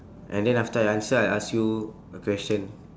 and then after I answer I ask you a question